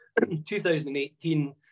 2018